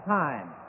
time